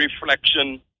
reflection